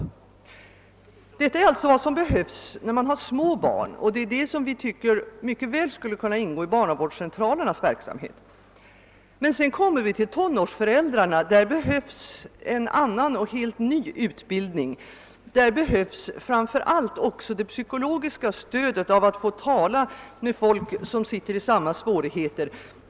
Detta är vad som behövs när man har små barn, och vi tycker att det mycket väl skulle kunna ingå i barnavårdscentralernas verksamhet. För tonårsföräldrarnas del behövs en annan och helt ny utbildning. Framför allt är det nödvändigt med det psykologiska stödet av att få tala med folk med samma svårigheter.